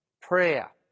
prayer